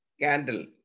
candle